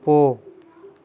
போ